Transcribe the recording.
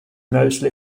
mostly